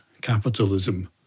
capitalism